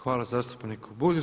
Hvala zastupniku Bulju.